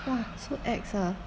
!wah! so ex ah